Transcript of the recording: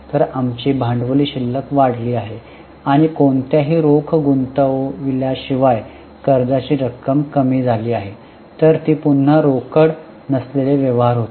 तर आमची भांडवली शिल्लक वाढली आहे आणि कोणत्याही रोख गुंतविल्याशिवाय कर्जाची शिल्लक कमी झाली आहे तर ती पुन्हा रोकड नसलेली व्यवहार होते